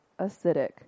acidic